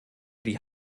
die